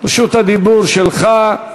רשות הדיבור שלך.